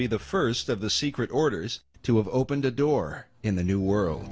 be the first of the secret orders to have opened a door in the new world